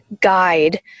guide